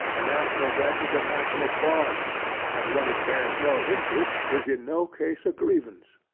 a national debt is a national bond and when it bears no interest, is in no case a grievance.